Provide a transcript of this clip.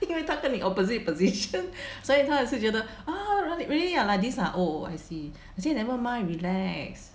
因为他跟你 opposite position 所以他还是觉得 oh really ah like this ah oh I see I say never mind relax